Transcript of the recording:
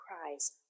cries